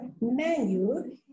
menu